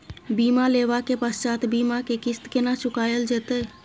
बीमा लेबा के पश्चात बीमा के किस्त केना चुकायल जेतै?